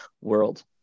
world